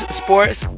sports